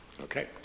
okay